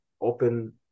open